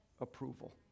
approval